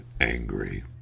angry